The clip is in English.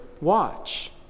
watch